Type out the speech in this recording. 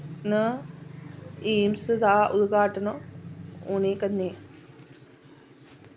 न एम्स दा उदघाटन होने कन्ने